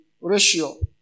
ratio